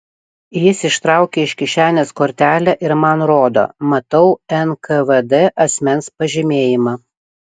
jis ištraukė iš kišenės kortelę ir man rodo matau nkvd asmens pažymėjimą